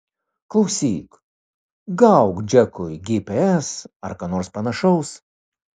klausyk gauk džekui gps ar ką nors panašaus